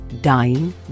dying